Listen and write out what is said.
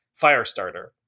*Firestarter*